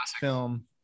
film